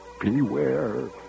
Beware